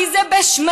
כי זה בשמנו.